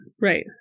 Right